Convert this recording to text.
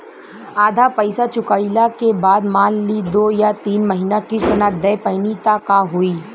आधा पईसा चुकइला के बाद मान ली दो या तीन महिना किश्त ना दे पैनी त का होई?